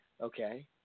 Okay